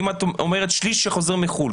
אם את אומרת שליש שחוזרים מחו"ל,